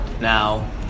Now